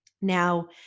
Now